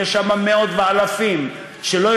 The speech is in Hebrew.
ויש שם מאות ואלפים שלא